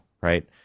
right